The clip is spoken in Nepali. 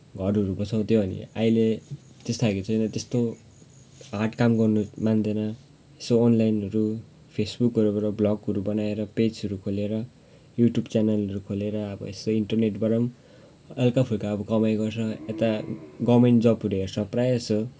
घरहरू बसाउँथ्यो भने अहिले त्यस्तो खालको छैन त्यस्तो हार्ड काम गर्नु मान्दैन यसो अनलाइनहरू फेसबुकहरूबाट ब्लगहरू बनाएर पेजहरू खोलेर युट्युब च्यानलहरू खोलेर अब यसो इन्टरनेटबाट पनि हल्काफुल्का अब कमाइ गर्छ यता गभर्मेन्ट जबहरू हेर्छ प्रायःजसो